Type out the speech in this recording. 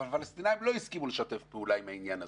אבל הפלסטינים לא הסכימו לשתף פעולה עם העניין הזה.